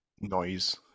noise